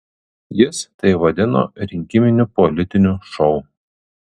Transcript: jis tai vadino rinkiminiu politiniu šou